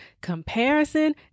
comparison